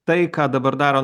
tai ką dabar daro